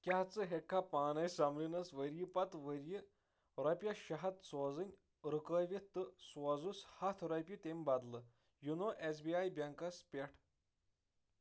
کیاہ ژٕ ہیکھا پانٕے سمریٖنَس ؤری پتہٕ ؤری رۄپیَس شےٚ ہَتھ سوزٕنۍ رُکاوِتھ تہٕ سوزُس ہَتھ رۄپیہِ تٔمۍ بدلہٕ YONO S B I banks پیٹھ